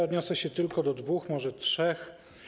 Odniosę się tylko do dwóch, może trzech.